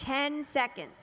ten second